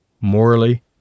Morally